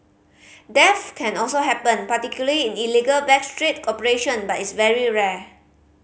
death can also happen particularly in illegal back street operation but is very rare